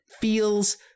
feels